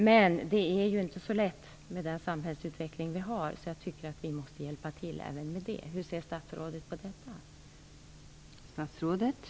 Men det är ju inte så lätt med den samhällsutveckling vi har. Jag tycker att vi måste hjälpa till även med det. Hur ser statsrådet på detta?